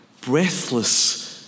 breathless